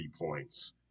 points